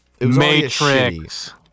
Matrix